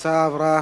ההצעה עברה